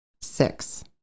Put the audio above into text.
six